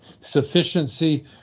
sufficiency